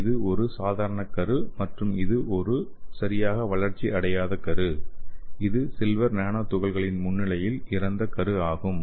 இது ஒரு சாதாரண கரு மற்றும் இது ஒரு சரியாக வளர்ச்சி அடையாத கரு இது சில்வர் நானோ துகள்கள் முன்னிலையில் இறந்த கரு ஆகும்